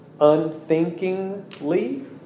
unthinkingly